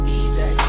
easy